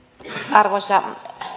arvoisa